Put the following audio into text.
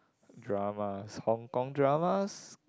dramas Hong-Kong dramas